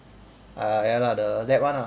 ah ya lah the lab one ah